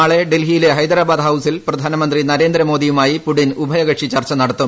നാളെ ഡൽഹിയിലെ ഹൈദരാബാദ് ഹൌസിൽ പ്രധാനമന്ത്രി നരേന്ദ്രമോദിയുമായി പുടിൻ ഉഭയകക്ഷി ചർച്ച നടത്തും